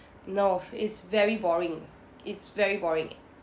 no it's very boring it's very boring